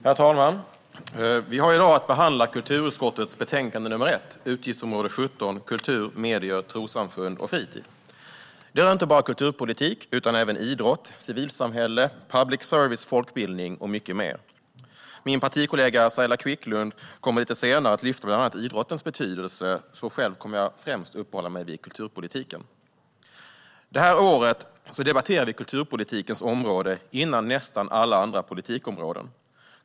Herr talman! Vi ska i dag diskutera kulturutskottets betänkande 1 Utgiftsområde 17 Kultur, medier, trossamfund och fritid . Det handlar inte bara om kulturpolitik utan även idrott, civilsamhälle, public service, folkbildning och mycket mer. Min partikollega Saila Quicklund kommer lite senare att lyfta fram bland annat idrottens betydelse. Själv kommer jag främst att uppehålla mig vid kulturpolitiken. Det här året debatterar vi kulturpolitikens område före nästan alla andra områden.